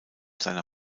seiner